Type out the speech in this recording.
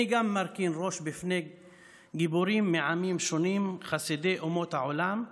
אני גם מרכין ראש בפני גיבורים מעמים שונים: חסידי אומות העולם,